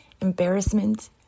embarrassment